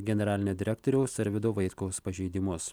generalinio direktoriaus arvydo vaitkaus pažeidimus